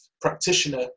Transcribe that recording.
practitioner